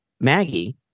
Maggie